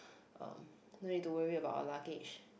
um no need to worry about our luggage